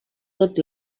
tot